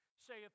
saith